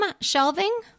shelving